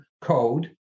code